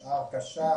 ההרכשה,